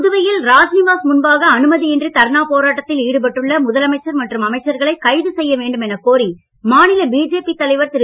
புதுவையில் ராஜ்நிவாஸ் முன்பாக அனுமதியின்றி தர்ணா போராட்டத்தில் ஈடுபட்டுள்ள முதலமைச்சர் மற்றும் அமைச்சர்களை கைது செய்ய வேண்டும் எனக் கோரி மாநில பிஜேபி தலைவர் திரு